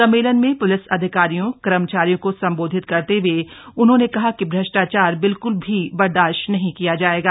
सम्मेलन में प्लिस अधिकारियों कर्मचारियों को संबोधित करते हए कहा उन्होंने कहा कि कि भ्रष्टाचार बिल्क्ल भी बर्दाशत नहीं किया जायेगा